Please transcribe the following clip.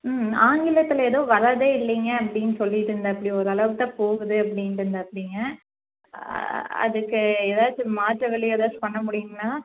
ம் ஆங்கிலத்தில் ஏதோ வர்றதே இல்லைங்க அப்படின்னு சொல்லிவிட்டு இருந்தாப்பிடி ஒரு அளவுக்கு தான் போகுது அப்படின்னு இருந்தாப்பிடிங்க அதுக்கு ஏதாச்சும் மாற்று வழி ஏதாச்சும் பண்ணமுடியுங்களா